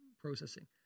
processing